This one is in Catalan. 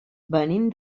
venim